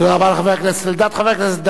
תודה רבה לחבר הכנסת אלדד.